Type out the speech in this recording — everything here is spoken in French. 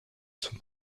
son